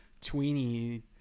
tweeny